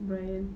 bryan